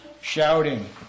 shouting